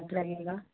लगेगा